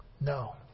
No